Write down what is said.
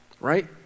Right